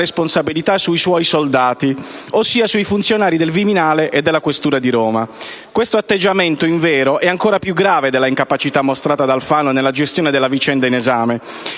responsabilità sui suoi «soldati», ossia sui funzionari del Viminale e della questura di Roma. Questo atteggiamento, invero, è ancora più grave della incapacità mostrata da Alfano nella gestione della vicenda in esame.